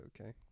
okay